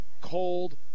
cold